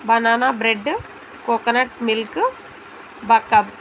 banana bread coconut milk బకబ్